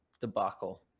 debacle